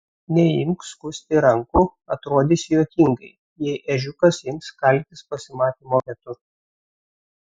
neimk skusti rankų atrodysi juokingai jei ežiukas ims kaltis pasimatymo metu